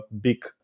big